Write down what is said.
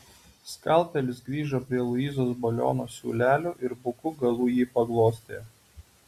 skalpelis grįžo prie luizos baliono siūlelio ir buku galu jį paglostė